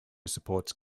supports